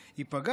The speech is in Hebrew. כמובן,